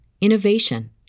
innovation